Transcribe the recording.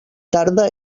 tarda